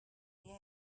you